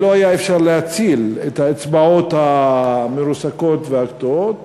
לא היה אפשר להציל את האצבעות המרוסקות והקטועות.